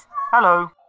Hello